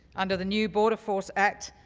under the new border force act,